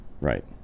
Right